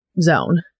zone